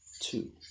two